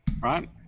right